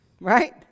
Right